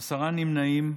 עשרה נמנעים,